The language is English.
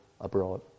abroad